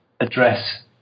address